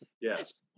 Yes